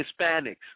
Hispanics